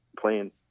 playing